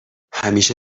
همیشه